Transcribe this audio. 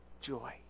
joy